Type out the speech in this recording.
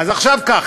אז עכשיו ככה.